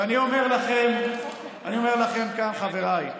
ואני אומר לכם, אני אומר לכם כאן, חבריי,